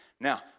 now